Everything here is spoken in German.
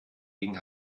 gegen